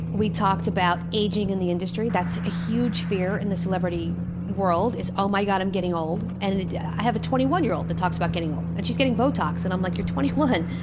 we talked about ageing in the industry that's a huge fear in the celebrity world, is oh my god, i'm getting old. and and yeah i have a twenty one year old who talks about getting old, and she's getting botox, and i'm like, you're twenty one!